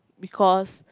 because